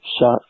shot